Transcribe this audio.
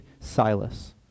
Silas